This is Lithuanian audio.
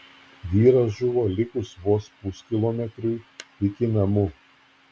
vyras žuvo likus vos puskilometriui iki namų